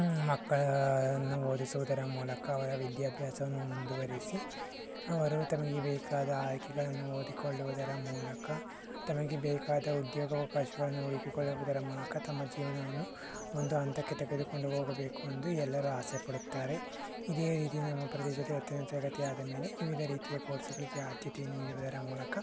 ಮಕ್ಕಳನ್ನು ಓದಿಸುವುದರ ಮೂಲಕ ಅವರ ವಿದ್ಯಾಭ್ಯಾಸವನ್ನು ಮುಂದುವರಿಸಿ ಅವರು ತಮಗೆ ಬೇಕಾದ ಆಯ್ಕೆಗಳನ್ನು ಓದಿಕೊಳ್ಳುವುದರ ಮೂಲಕ ತಮಗೆ ಬೇಕಾದ ಉದ್ಯೋಗವಕಾಶಗಳನ್ನು ಹುಡುಕಿಕೊಳ್ಳುವುದರ ಮೂಲಕ ತಮ್ಮ ಜೀವನವನ್ನು ಒಂದು ಹಂತಕ್ಕೆ ತೆಗೆದುಕೊಂಡು ಹೋಗಬೇಕು ಎಂದು ಎಲ್ಲರೂ ಆಸೆ ಪಡುತ್ತಾರೆ ಇದೇ ರೀತಿ ನಮ್ಮ ಪ್ರದೇಶದಲ್ಲಿ ಹತ್ತನೇ ತರಗತಿ ಆದ ಮೇಲೆ ವಿವಿಧ ರೀತಿಯ ಕೋರ್ಸ್ಗಳಿಗೆ ಆದ್ಯತೆಯನ್ನ ನೀಡುವುದರ ಮೂಲಕ